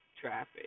traffic